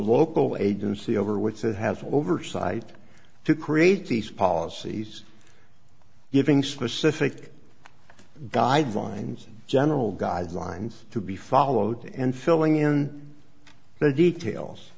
local agency over which it has oversight to create these policies giving specific guidelines general guidelines to be followed and filling in their details